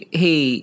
hey